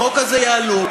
בחוק הזה יעלו.